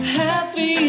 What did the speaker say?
happy